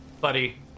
buddy